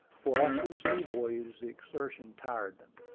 for after the sea-voyage the exertion tired them.